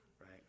right